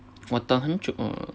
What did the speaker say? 我等很久